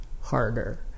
harder